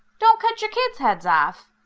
don't cut your kids heads off!